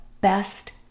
best